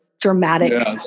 dramatic